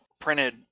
printed